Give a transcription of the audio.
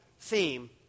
theme